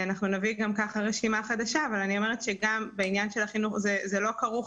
אנחנו נביא רשימה חדשה אבל אני אומרת - זה לא כרוך